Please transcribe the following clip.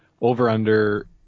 over-under